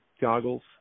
goggles